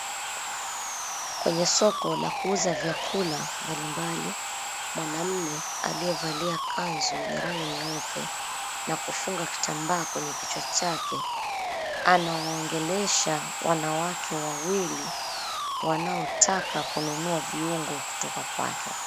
Kwenye soko la kuuza vyakula mbalimbali mwanamume aliyevalia kanzu yenye rangi nyeupe na kufunga kitambaa kwenye kichwa chake anawaongelesha wanawake wawili wanaotaka kununua viungo kutoka kwake.